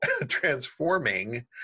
transforming